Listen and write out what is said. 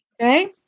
Okay